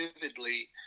vividly